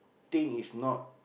thing is not